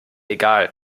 egal